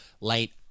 late